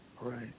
Right